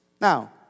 Now